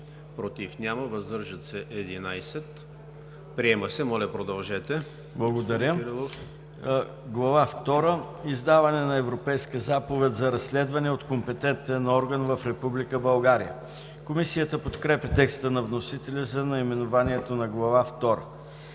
против няма, въздържали се 11. Приема се. ДОКЛАДЧИК ДАНАИЛ КИРИЛОВ: „Глава втора – Издаване на „Европейска заповед за разследване от компетентен орган в Република България“. Комисията подкрепя текста на вносителя за наименованието на Глава